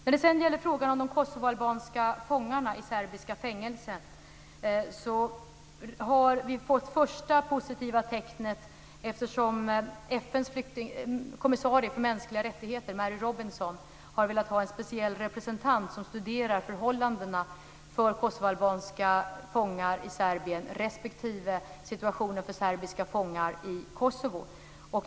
När det gäller frågan om de kosovoalbanska fångarna i serbiska fängelser har vi fått det första positiva tecknet, eftersom FN:s kommissarie för mänskliga rättigheter Mary Robinson har velat ha en speciell representant som studerar förhållandena för kosovoalbanska fångar i Serbien respektive situationen för serbiska fångar i Kosovo.